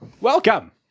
Welcome